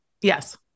Yes